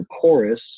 chorus